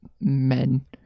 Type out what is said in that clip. men